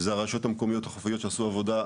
זה גם הרשויות המקומיות החופיות שעשו עבודה פנטסטית,